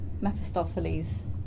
Mephistopheles